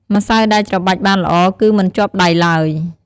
ម្សៅដែលច្របាច់បានល្អគឺមិនជាប់ដៃឡើយ។